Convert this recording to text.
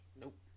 Nope